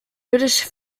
british